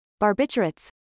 barbiturates